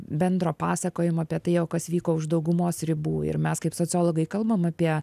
bendro pasakojimo apie tai o kas vyko už daugumos ribų ir mes kaip sociologai kalbam apie